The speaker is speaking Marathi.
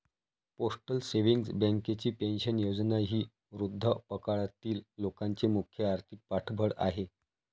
पोस्टल सेव्हिंग्ज बँकेची पेन्शन योजना ही वृद्धापकाळातील लोकांचे मुख्य आर्थिक पाठबळ आहे